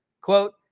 Quote